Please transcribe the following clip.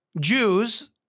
Jews